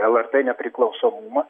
lrt nepriklausomumą